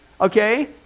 okay